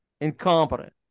incompetent